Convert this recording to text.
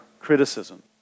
criticism